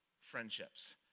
friendships